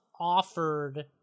offered